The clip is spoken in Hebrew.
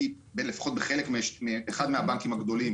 כי באחד מהבנקים הגדולים,